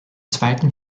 zweiten